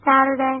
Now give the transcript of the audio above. Saturday